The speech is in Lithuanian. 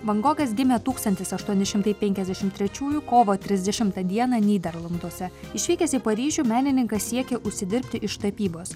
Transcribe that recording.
van gogas gimė tūkstantis aštuoni šimtai penkiasdešim trečiųjų kovo trisdešimtą dieną nyderlanduose išvykęs į paryžių menininkas siekė užsidirbti iš tapybos